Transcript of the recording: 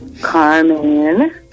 Carmen